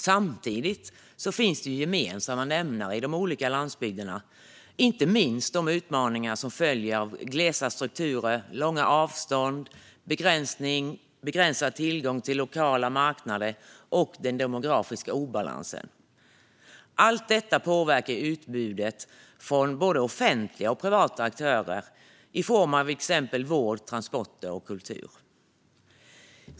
Samtidigt finns det gemensamma nämnare för olika landsbygder - inte minst de utmaningar som följer av glesa strukturer, långa avstånd, begränsad tillgång till lokala marknader och demografisk obalans. Allt detta påverkar utbudet från både offentliga och privata aktörer i form av till exempel vård, transporter och kultur.